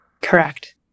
Correct